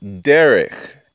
Derek